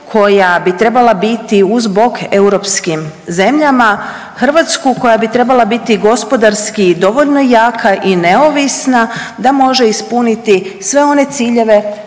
Hrvatsku koja bi trebala biti gospodarski dovoljno jaka i neovisna da može ispuniti sve one ciljeve